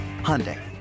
Hyundai